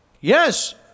Yes